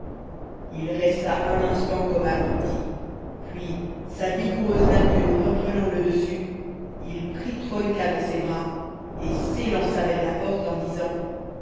il resta un instant comme abruti puis sa vigoureuse nature reprenant le dessus il prit troïka dans ses bras et s'élança vers la porte en disant